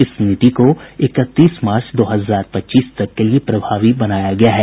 इस नीति को इकतीस मार्च दो हजार पच्चीस तक के लिए प्रभावी बनाया गया है